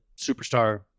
superstar